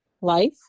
life